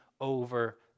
over